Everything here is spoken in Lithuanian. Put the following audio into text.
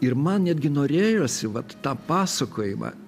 ir man netgi norėjosi vat tą pasakojimą